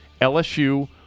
LSU